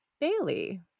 Bailey